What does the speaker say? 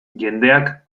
jendeak